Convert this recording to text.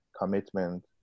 commitment